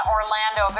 Orlando